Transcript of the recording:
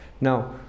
Now